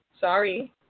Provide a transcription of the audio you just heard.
Sorry